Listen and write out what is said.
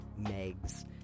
megs